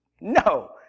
no